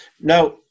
Now